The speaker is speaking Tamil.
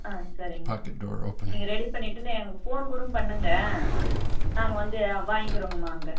ஆ சரிங்கம்மா நீங்கள் ரெடி பண்ணிட்டு ஃபோன் கூடோ பண்ணுங்க நாங்கள் வந்து வாங்கிக்கிறோங்கம்மா அங்கே